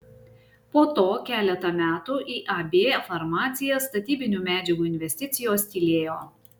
po to keletą metų iab farmacija statybinių medžiagų investicijos tylėjo